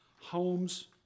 homes